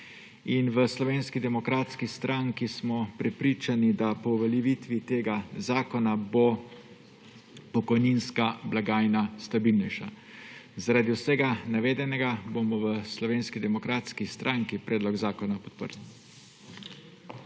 in v Slovenski demokratski stranki smo prepričani, da bo po uveljavitvi tega zakona pokojninska blagajna stabilnejša. Zaradi vsega navedenega bomo v Slovenski demokratski stranki predlog zakona podprli.